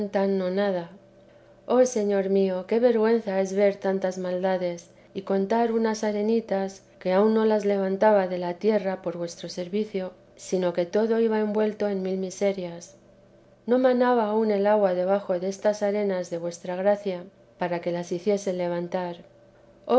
nonada oh señor mío qué vergüenza es ver tantas maldades y contar unas arenitas que aun no las levantaba de la tierra por vuestro servicio sino que todo iba envuelto en mil miserias no manaba aún el agua de vuestra gracia debajo destas arenas para que las hiciese levantar